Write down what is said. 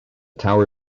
tower